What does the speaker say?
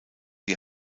die